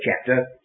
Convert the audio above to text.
chapter